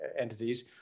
entities